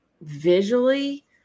visually